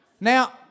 Now